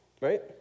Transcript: right